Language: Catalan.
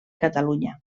catalunya